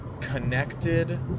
connected